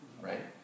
right